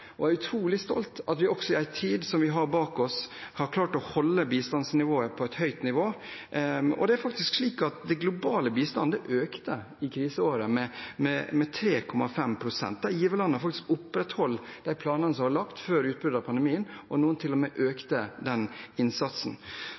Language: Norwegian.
Jeg er utrolig stolt av at vi også i en tid som den vi har bak oss, har klart å holde bistanden på et høyt nivå. Det er faktisk slik at den globale bistanden økte med 3,5 pst. i kriseåret, der giverlandene faktisk opprettholdt de planene som var lagt før utbruddet av pandemien, og noen